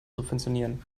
subventionieren